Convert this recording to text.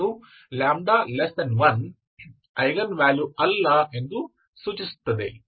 ಅದು λ1 eigen value ಅಲ್ಲ ಎಂದು ಸೂಚಿಸುತ್ತದೆ